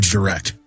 Direct